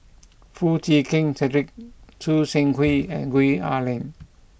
Foo Chee Keng Cedric Choo Seng Quee and Gwee Ah Leng